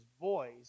voice